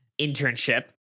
internship